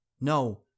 No